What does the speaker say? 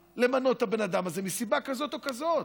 למנות את הבן אדם הזה מסיבה כזאת או כזאת,